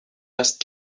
است